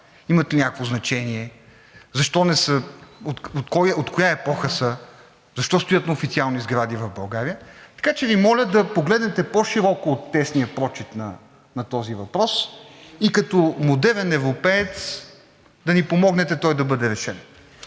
имат ли някакво значение, от коя епоха са, защо стоят на официални сгради в България? Така че Ви моля да погледнете по-широко от тесния прочит на този въпрос и като модерен европеец да ни помогнете той да бъде решен.